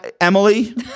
Emily